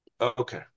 Okay